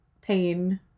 pain